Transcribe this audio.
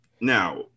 Now